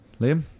Liam